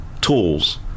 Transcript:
tools